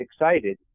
excited